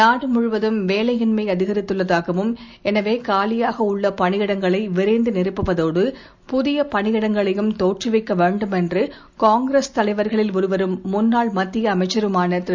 நாடுமுழுவதும் வேலையின்மை அதிகரித்துள்ளதாகவும் எனவே காலியாக உள்ள பணியிடங்களை நிரப்புவதோடு புதிய பனியிடங்களையும் தோற்றுவிக்க வேண்டும் என்று காங்கிரஸ் விரைந்தா தலைவர்களில் ஒருவரும் முன்னாள் மத்திய அமைச்சருமான திரு